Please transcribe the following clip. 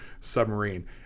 submarine